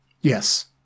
Yes